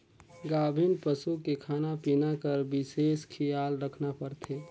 गाभिन पसू के खाना पिना कर बिसेस खियाल रखना परथे